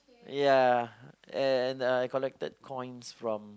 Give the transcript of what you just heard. ya and I collected coins from